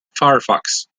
firefox